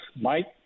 Mike